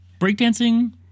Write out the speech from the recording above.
breakdancing